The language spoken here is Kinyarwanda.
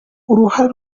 uruhare